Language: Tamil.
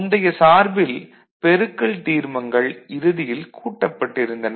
முந்தைய சார்பில் பெருக்கல் தீர்மங்கள் இறுதியில் கூட்டப்பட்டிருந்தன